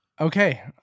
okay